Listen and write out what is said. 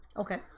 Okay